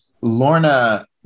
Lorna